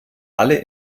alle